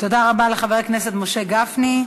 תודה רבה לחבר הכנסת משה גפני.